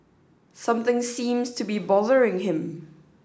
something seems to be bothering him